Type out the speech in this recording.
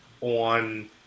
on